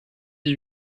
dix